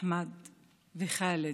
אחמד וח'אלד,